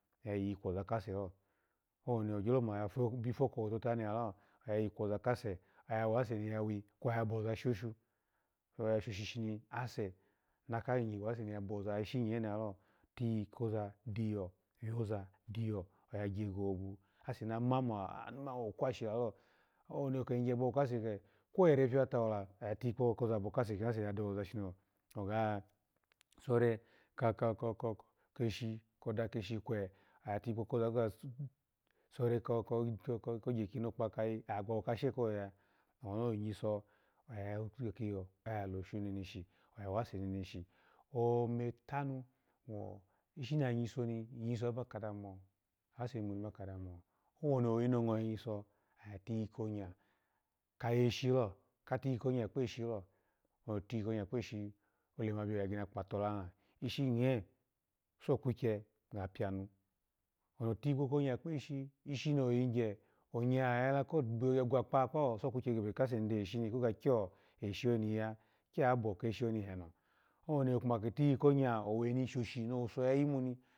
Nya iyi kwoza kasa lo, wani ofoka nilalo, oya iyi kwoza kase, oya wase ni ya wi kwe oya boza shoshun, oya shoshe ase naka wase ni ya boza ishgi nyerilalo, yoza dyo yoza dyo owase niya gye gohobo, ase na mo anu man. Wokwashi lalo, owoni, oyigye ko kwashi ke, kwere bi watawo la oye tikpo koza abo kaseho ni adawoza ni oga sore ka ko ko ko ko dakeshi kwe oya tikpo kogye kinokpa kayi oya gbabo kashe koyaga, owoni onyiso oya loshu oki ya shoshi dawo oki ya wase meneshi, omata nu wo ishi nanyiso aba ka daha mo, owoni oyingo nyiso yu tikpo ko yinonya kayeshi lo, ka tiyi koyi onya kpeshi lo, owo ni otiyi koyi nonga kpashi olema biyo aginakpa tola, ishi nye so kwekga ga pigana, otikpo ko onya kpeshi ioshi noyigye onya ya kwakpa kpawa so kwikye gebe kase ni dawo eshi ni shini ona kya nuya, kyabo keshi oni leno, owoni oke tikpo konya owe ni shoshi sho nye munyi